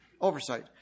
oversight